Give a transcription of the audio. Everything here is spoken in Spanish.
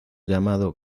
llamado